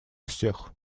всех